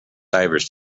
divers